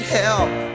help